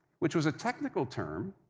which was a technical term,